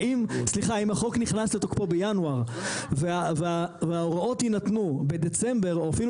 ואם סליחה אם החוק נכנס לתוקפו בינואר וההוראות יינתנו בדצמבר או אפילו